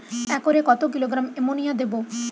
একরে কত kilogram ammonia দেবো?